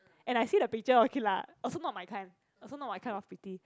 and I see the picture okay lah also not my kind also not my kind of pretty